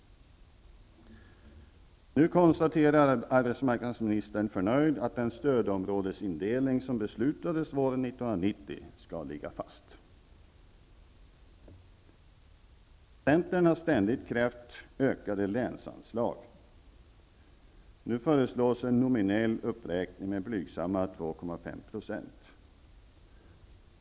Nu konstaterar arbetsmarknadsministern förnöjt att den stödområdesindelning som beslutades våren 1990 skall ligga fast. Centern har ständigt krävt ökade länsanslag. Nu föreslås en nominell uppräkning med blygsamma 2,5 %.